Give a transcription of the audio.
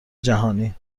جهانی